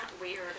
weird